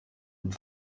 und